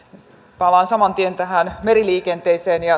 palaan saman tien tähän meriliikenteeseen